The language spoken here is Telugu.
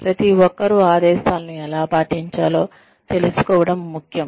ప్రతి ఒక్కరూ ఆదేశాలను ఎలా పాటించాలో తెలుసుకోవడం ముఖ్యం